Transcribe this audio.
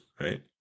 right